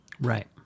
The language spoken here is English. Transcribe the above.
Right